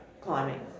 climbing